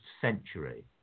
century